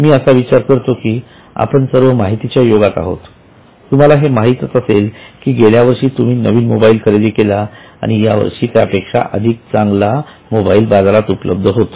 मी असा विचार करतो की आपण सर्व माहितीच्या युगात आहोत तुम्हाला हे माहीत असेल की गेल्या वर्षी तुम्ही नवीन मोबाईल खरेदी केला आणि यावर्षी त्यापेक्षा अधिक चांगला मोबाईल बाजारात उपलब्ध होतो